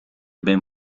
ben